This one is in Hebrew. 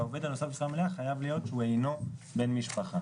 כשהעובד הנוסף במשרה מלאה חייב להיות שהוא אינו בן משפחה